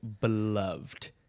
beloved